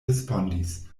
respondis